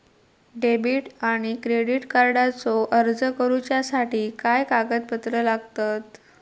Debit आणि credit कार्डचो अर्ज करुच्यासाठी काय कागदपत्र लागतत?